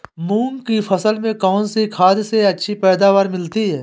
मूंग की फसल में कौनसी खाद से अच्छी पैदावार मिलती है?